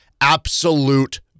absolute